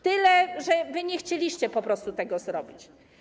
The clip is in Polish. Tyle, że wy nie chcieliście po prostu tego zrobić.